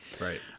right